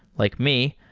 like me,